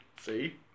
See